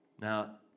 Now